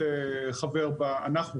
אנחנו,